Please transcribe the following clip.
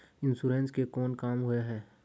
Insurance के कोन काम होय है?